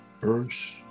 first